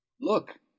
look